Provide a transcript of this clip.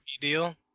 deal